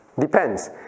Depends